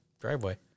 driveway